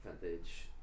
vintage